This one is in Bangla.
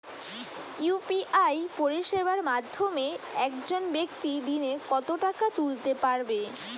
ইউ.পি.আই পরিষেবার মাধ্যমে একজন ব্যাক্তি দিনে কত টাকা তুলতে পারবে?